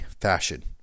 fashion